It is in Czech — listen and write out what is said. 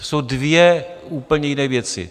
To jsou dvě úplně jiné věci.